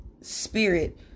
spirit